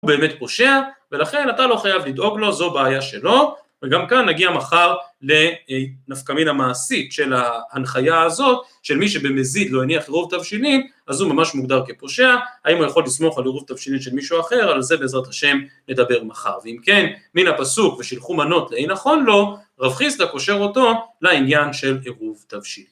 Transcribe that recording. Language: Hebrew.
הוא באמת פושע, ולכן אתה לא חייב לדאוג לו, זו בעיה שלו, וגם כאן נגיע מחר לנפקא מינא מעשית של ההנחיה הזאת, של מי שבמזיד לא הניח עירוב תבשילים, אז הוא ממש מוגדר כפושע, האם הוא יכול לסמוך על עירוב תבשילים של מישהו אחר, על זה בעזרת ה' נדבר מחר, ואם כן מן הפסוק ושלחו מנות לאין נכון לו, רב חיסדא קושר אותו לעניין של עירוב תבשילים